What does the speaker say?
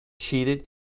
cheated